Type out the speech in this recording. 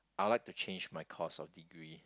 I would like to change my course of degree